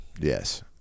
Yes